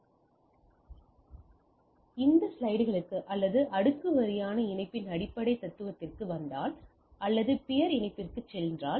நாம் அடிப்படை ஸ்லைடுகளுக்கு அல்லது அடுக்கு வாரியான இணைப்பின் அடிப்படை தத்துவத்திற்கு வந்தால் அல்லது பியர் இணைப்பிற்குச் செல்கிறது